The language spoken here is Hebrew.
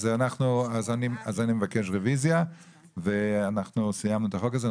אז אני מבקש רוויזיה ואנחנו סיימנו את החוק הזה.